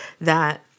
that-